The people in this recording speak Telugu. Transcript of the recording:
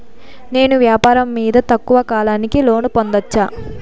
నేను వ్యాపారం మీద తక్కువ కాలానికి లోను పొందొచ్చా?